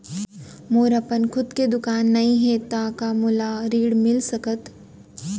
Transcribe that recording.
मोर अपन खुद के दुकान नई हे त का मोला ऋण मिलिस सकत?